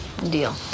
Deal